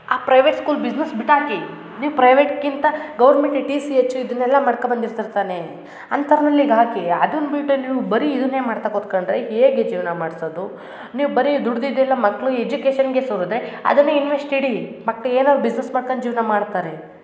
ಆ private school business ಬಿಟ್ಟು ಹಾಕಿ ನೀವು ಪ್ರೈವೆಟ್ಗಿಂತ ಗೌರ್ಮೆಂಟ್ ಟಿ ಸಿ ಎಚ್ ಇದನ್ನೆಲ್ಲ ಮಾಡ್ಕೋ ಬಂದಿರ್ತಾರೆ ತಾನೇ ಅಂತರ್ನಲ್ಲಿಗೆ ಹಾಕಿ ಅದನ್ನು ಬಿಟ್ಟು ನೀವು ಬರೀ ಇದನ್ನೇ ಮಾಡ್ತಾ ಕುತ್ಕೊಂಡ್ರೆ ಹೇಗೆ ಜೀವನ ಮಾಡಿಸೋದು ನೀವು ಬರೀ ದುಡ್ದಿದ್ದು ಎಲ್ಲ ಮಕ್ಕಳು ಎಜುಕೇಷನ್ಗೇ ಸುರಿದ್ರೆ ಅದನ್ನೇ ಇನ್ವೆಸ್ಟ್ ಇಡಿ ಮಕ್ಕಳು ಏನಾದ್ರೂ ಬಿಸ್ನೆಸ್ ಮಾಡ್ಕೊಂಡು ಜೀವನ ಮಾಡ್ತಾರೆ